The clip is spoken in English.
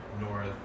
north